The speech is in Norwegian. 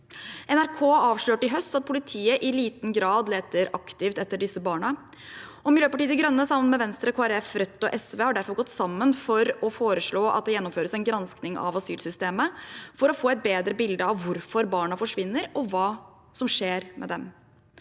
NRK avslørte i høst at politiet i liten grad leter aktivt etter disse barna. Miljøpartiet De Grønne har derfor gått sammen med Venstre, Kristelig Folkeparti, Rødt og SV om å foreslå at det gjennomføres en granskning av asylsystemet, for å få et bedre bilde av hvorfor barna forsvinner, og hva som skjer med dem.